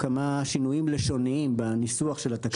כמה שינויים לשוניים בניסוח של התקנות.